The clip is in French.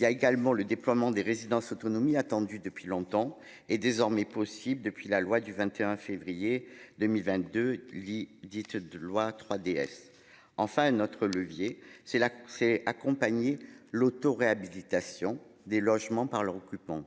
y a également le déploiement des résidences autonomie attendue depuis longtemps et désormais possible depuis la loi du 21 février 2022 lits dites de loi 3DS enfin notre levier c'est la c'est accompagnée l'auto-réhabilitation des logements par l'occupant